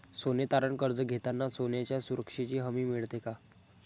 सोने तारण कर्ज घेताना सोन्याच्या सुरक्षेची हमी मिळते का?